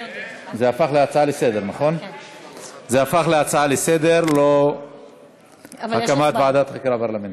הפך להצעה לסדר-היום ולא הקמת ועדת חקירה פרלמנטרית.